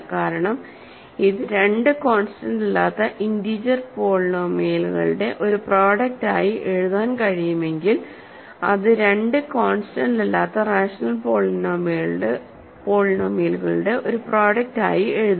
കാരണം ഇത് രണ്ട് കോൺസ്റ്റന്റ് അല്ലാത്ത ഇന്റീജർ പോളിനോമിയലുകളുടെ ഒരു പ്രോഡക്ട് ആയി എഴുതാൻ കഴിയുമെങ്കിൽ അത് രണ്ട് കോൺസ്റ്റന്റ് അല്ലാത്ത റാഷണൽ പോളിനോമിയലുകളുടെ ഒരു പ്രോഡക്ട് ആയി എഴുതാം